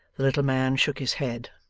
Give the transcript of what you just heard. the little man shook his head,